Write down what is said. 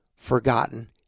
forgotten